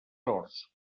horts